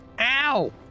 Ow